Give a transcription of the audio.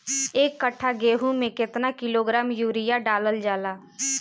एक कट्टा गोहूँ में केतना किलोग्राम यूरिया डालल जाला?